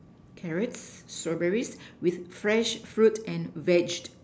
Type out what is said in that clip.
carrots strawberries with fresh fruit and vege